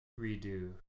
redo